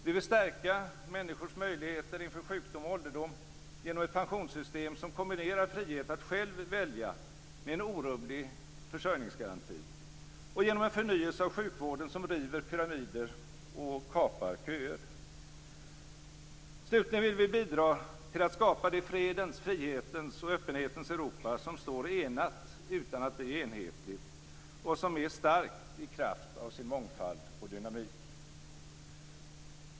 Vi vill stärka människors möjligheter inför sjukdom och ålderdom genom ett pensionssystem som kombinerar frihet att själv välja med en orubblig försörjningsgaranti och genom en förnyelse av sjukvården som river pyramider och kapar köer. Slutligen vill vi bidra till att skapa det fredens, frihetens och öppenhetens Europa som står enat utan att bli enhetligt och som är starkt i kraft av sin mångfald och dynamik.